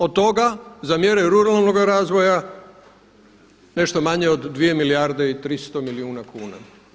Od toga za mjere ruralnoga razvoja nešto manje od 2 milijarde i 300 milijuna kuna.